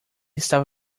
estava